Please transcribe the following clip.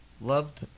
Loved